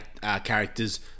characters